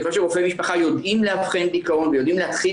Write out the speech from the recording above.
חושב שרופאי משפחה יודעים לאבחן דיכאון ויודעים להתחיל